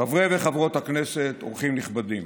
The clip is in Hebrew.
חברי וחברות הכנסת, אורחים נכבדים,